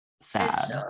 sad